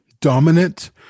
dominant